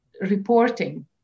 reporting